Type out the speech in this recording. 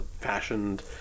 fashioned